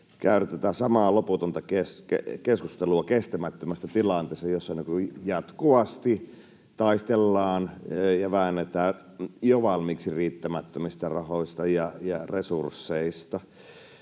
käydä tätä samaa loputonta keskustelua kestämättömästä tilanteesta, jossa jatkuvasti taistellaan ja väännetään jo valmiiksi riittämättömistä rahoista ja resursseista,